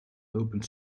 opened